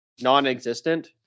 Non-existent